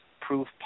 proof